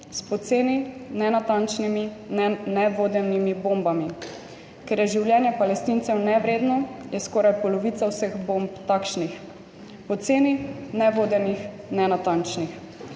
S poceni, nenatančnimi, nevodenimi bombami. Ker je življenje Palestincev nevredno, je skoraj polovica vseh bomb takšnih, poceni, nevodenih, nenatančnih.